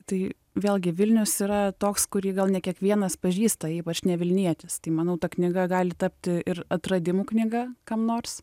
tai vėlgi vilnius yra toks kurį gal ne kiekvienas pažįsta ypač ne vilnietis tai manau ta knyga gali tapti ir atradimų knyga kam nors